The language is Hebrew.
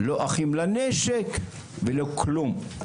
לא אחים לנשק ולא כלום.